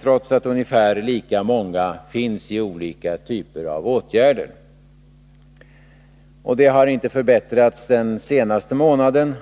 trots att ungefär lika många är föremål för olika typer av åtgärder. Situationen har inte förbättrats den senaste månaden.